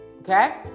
okay